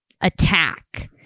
attack